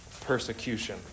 persecution